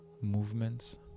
movements